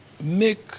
Make